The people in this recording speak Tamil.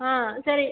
ஆ சரி